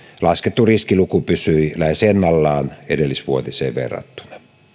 laskettu riskiluku pysyi lähes ennallaan edellisvuotiseen verrattuna